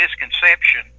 misconception